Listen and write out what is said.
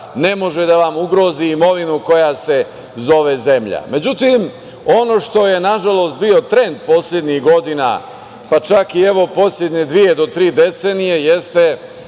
ne može da vam ugrozi imovinu koja se zove zemlja.Međutim ono što je nažalost bio trend poslednjih godina, čak i poslednje dve do tri decenije jeste